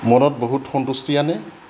মনত বহুত সন্তুষ্টি আনে